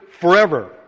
forever